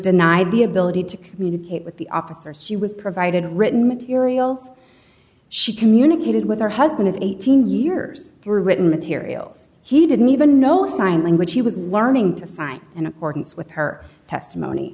denied the ability to communicate with the officers she was provided written materials she communicated with her husband of eighteen years through written materials he didn't even know sign language she was learning to sign in accordance with her testimony